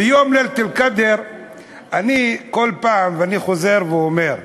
ביום לילת אל-קאדר אני כל פעם, ואני חוזר ואומר,